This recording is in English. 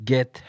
Get